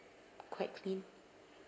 quite clean